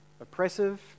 oppressive